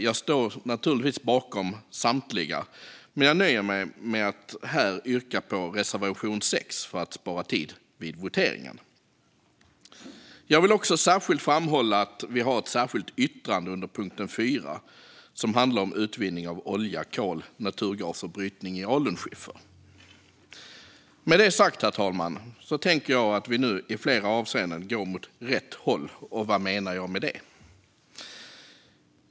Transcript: Jag står naturligtvis bakom samtliga, men jag nöjer mig här med att yrka bifall till reservation 6 för att spara tid vid voteringen. Jag vill också framhålla att vi har ett särskilt yttrande under punkt 4, som handlar om utvinning av olja, kol och naturgas samt brytning i alunskiffer. Med det sagt, herr talman, tänker jag att vi nu i flera avseenden går åt rätt håll. Vad menar jag då med det?